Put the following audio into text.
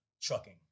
trucking